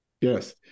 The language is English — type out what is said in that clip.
Yes